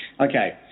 Okay